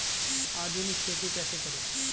आधुनिक खेती कैसे करें?